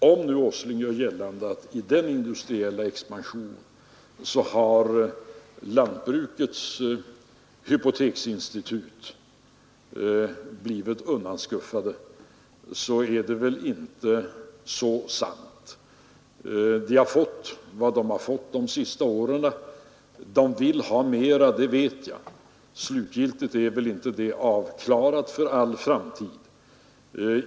Om nu herr Åsling gör gällande att i den expansionen har lantbrukets hypoteksinstitut blivit undanskuffade, så är det väl inte sant. Jag vet att de vill ha mer än de har fått under de senaste åren, och detta är inte avklarat för all framtid.